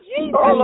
Jesus